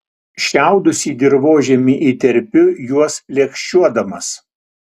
šiaudus į dirvožemį įterpiu juos lėkščiuodamas